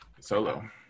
Solo